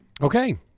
Okay